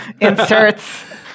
inserts